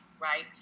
right